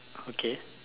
okay